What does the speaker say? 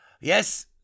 Yes